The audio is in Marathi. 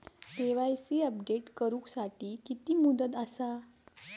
के.वाय.सी अपडेट करू साठी किती मुदत आसा?